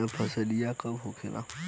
यह फसलिया कब होले?